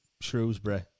Shrewsbury